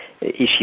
issue